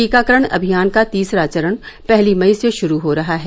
टीकाकरण अभियान का तीसरा चरण पहली मई से शुरू हो रहा है